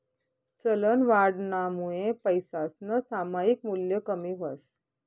चलनवाढनामुये पैसासनं सामायिक मूल्य कमी व्हस